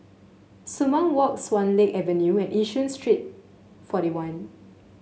Sumang Walk Swan Lake Avenue and Yishun Street Forty one